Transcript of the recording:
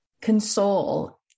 console